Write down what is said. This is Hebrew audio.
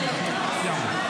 סיימנו.